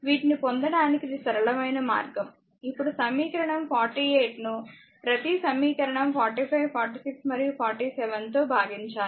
వీటిని పొందటానికి ఇది సరళమైన మార్గం ఇప్పుడు సమీకరణం 48 ను ప్రతి సమీకరణం 45 46 మరియు 47 తో భాగించాలి